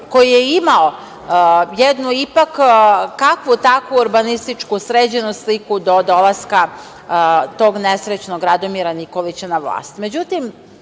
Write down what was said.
koji je imao jednu ipak, kakvu takvu urbanističku sređenu sliku do dolaska tog nesrećnog, Radomira Nikolića na